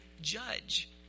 judge